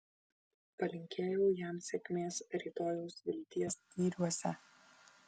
palinkėjau jam sėkmės rytojaus vilties yriuose